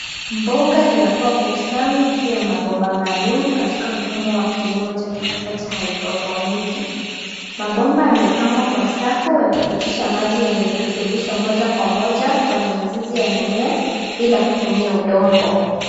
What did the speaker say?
Mboga zinakua kwa ustawi juu ya mabomba maalumu, katika mfumo wa kilimo cha kisasa cha haidroponiki. Mabomba yamepangwa kwa safu yakipitisha maji yenye virutubisho moja kwa moja kwenye mizizi ya mimea bila kutumia udongo.